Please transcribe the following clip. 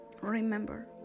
Remember